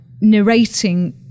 narrating